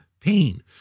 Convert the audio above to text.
pain